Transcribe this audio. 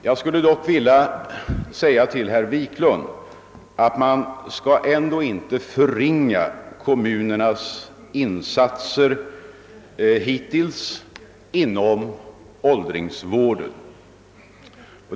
Jag skulle dock vilja säga till herr Wiklund att man inte bör förringa kommunernas insatser hittills inom åldringsvården.